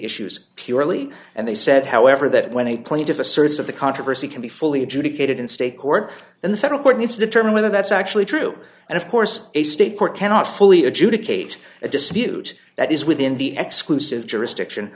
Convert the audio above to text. issues purely and they said however that when a plaintiff asserts of the controversy can be fully adjudicated in state court then the federal court needs to determine whether that's actually true and of course a state court cannot fully adjudicate a dispute that is within the exclusive jurisdiction